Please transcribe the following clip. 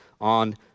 on